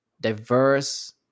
diverse